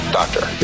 doctor